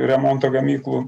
remonto gamyklų